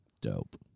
Dope